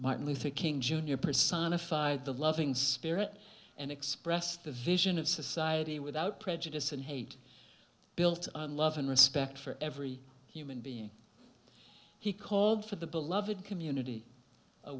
martin luther king jr personified the loving spirit and expressed the vision of society without prejudice and hate built on love and respect for every human being he called for the beloved community a